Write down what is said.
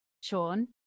Sean